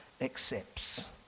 accepts